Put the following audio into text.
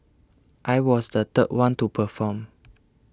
I was the third one to perform